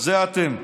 זה אתם.